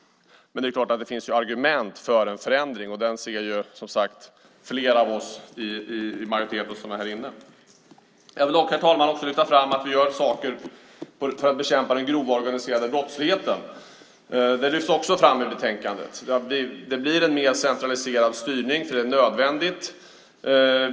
Men det är klart att det finns argument för en förändring, och den ser som sagt flera av oss i majoriteten som är här i kammaren. Herr talman! Jag vill också lyfta fram att vi gör saker för att bekämpa den grova organiserade brottsligheten. Detta lyfts fram i betänkandet. Det blir en mer centraliserad styrning, för det är nödvändigt.